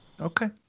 Okay